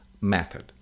method